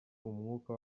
umwuka